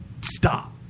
stop